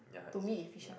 yeah it's yeah